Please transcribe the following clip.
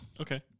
Okay